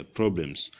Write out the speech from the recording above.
problems